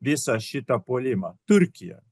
visą šitą puolimą turkija